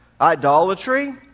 idolatry